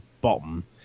bottom